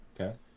Okay